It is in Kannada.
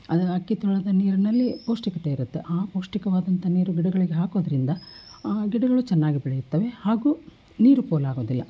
ಅದು ಅಕ್ಕಿ ತೊಳೆದ ನೀರಿನಲ್ಲಿ ಪೌಷ್ಟಿಕತೆ ಇರುತ್ತೆ ಆ ಪೌಷ್ಟಿಕವಾದಂಥ ನೀರು ಗಿಡಗಳಿಗೆ ಹಾಕೋದರಿಂದ ಆ ಗಿಡಗಳೂ ಚೆನ್ನಾಗಿ ಬೆಳೆಯುತ್ತವೆ ಹಾಗೂ ನೀರು ಪೋಲಾಗುವುದಿಲ್ಲ